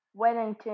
Weddington